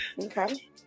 Okay